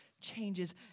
changes